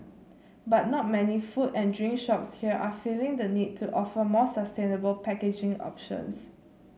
but not many food and drink shops here are feeling the need to offer more sustainable packaging options